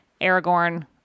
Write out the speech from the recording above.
Aragorn